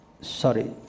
Sorry